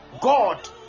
God